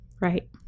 Right